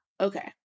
Okay